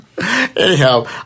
Anyhow